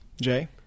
Jay